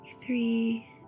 three